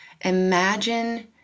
Imagine